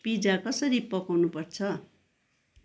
pizza कसरी पकाउनु पर्छ